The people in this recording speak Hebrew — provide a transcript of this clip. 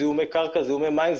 זיהומי מים,